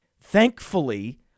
thankfully